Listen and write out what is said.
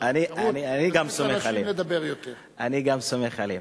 אני גם סומך עליהם.